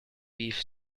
beef